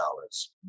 dollars